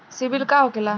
सीबील का होखेला?